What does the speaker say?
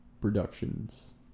productions